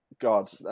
God